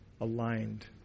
aligned